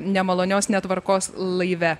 nemalonios netvarkos laive